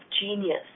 genius